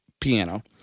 piano